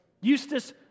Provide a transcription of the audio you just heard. Eustace